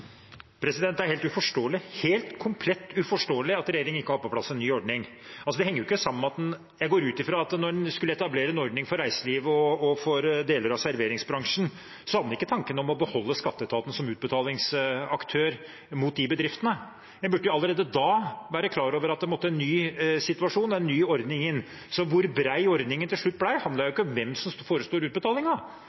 Det er helt uforståelig – helt komplett uforståelig – at regjeringen ikke har fått på plass en ny ordning. Jeg går ut fra at da en skulle etablere en ordning for reiselivet og for deler av serveringsbransjen, hadde en ikke tanken om å beholde skatteetaten som utbetalingsaktør opp mot de bedriftene. En burde jo allerede da ha vært klar over at det måtte en ny situasjon og en ny ordning inn. Så hvor bred ordningen til slutt ble, handlet ikke om hvem som